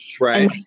Right